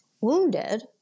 wounded